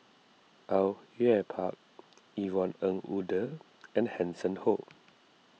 Au Yue Pak Yvonne Ng Uhde and Hanson Ho